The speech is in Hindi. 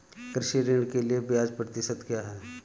कृषि ऋण के लिए ब्याज प्रतिशत क्या है?